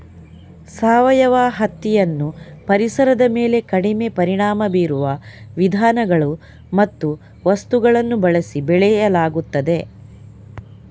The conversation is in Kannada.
ಸಾವಯವ ಹತ್ತಿಯನ್ನು ಪರಿಸರದ ಮೇಲೆ ಕಡಿಮೆ ಪರಿಣಾಮ ಬೀರುವ ವಿಧಾನಗಳು ಮತ್ತು ವಸ್ತುಗಳನ್ನು ಬಳಸಿ ಬೆಳೆಯಲಾಗುತ್ತದೆ